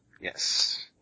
Yes